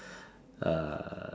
uh